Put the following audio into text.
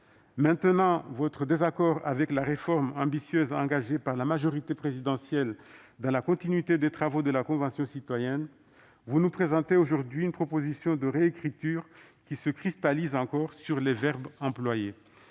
maintenez votre désaccord avec la réforme ambitieuse engagée par la majorité présidentielle, dans la continuité des travaux de la Convention citoyenne pour le climat, et vous nous présentez une proposition de réécriture qui se cristallise encore une fois sur les verbes employés.